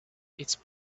its